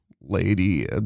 lady